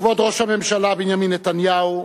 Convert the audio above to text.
כבוד ראש הממשלה בנימין נתניהו,